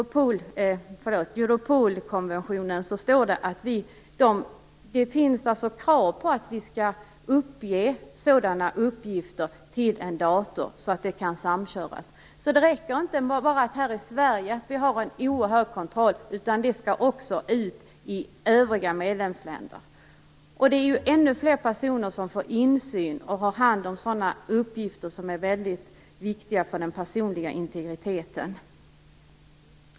Också i Europolkonventionen finns krav på att vi skall lämna sådana uppgifter till en dator, så att de kan samköras. Det räcker alltså inte att vi har en oerhörd kontroll här i Sverige, utan uppgifterna skall ut i övriga medlemsländer. Det blir ännu fler personer som får insyn och får hand om uppgifter som är viktiga för den personliga integriteten.